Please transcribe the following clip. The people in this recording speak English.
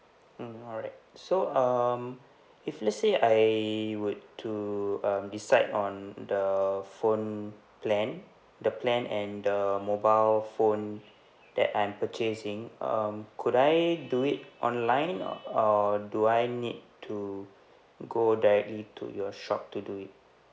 mm alright so um if let's say I would to um decide on the phone plan the plan and the mobile phone that I'm purchasing um could I do it online or do I need to go directly to your shop to do it